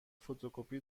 فتوکپی